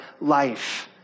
life